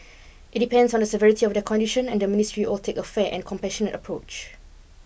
it depends on the severity of their condition and the ministry or take a fair and compassionate approach